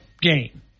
game